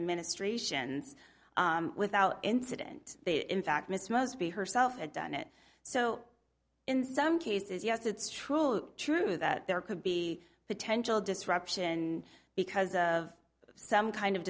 administrations without incident they in fact miss must be herself had done it so in some cases yes it's true true that there could be potential disruption because of some kind of